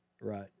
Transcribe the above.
Right